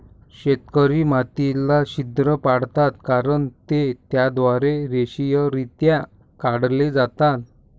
शेतकरी मातीला छिद्र पाडतात कारण ते त्याद्वारे रेषीयरित्या काढले जातात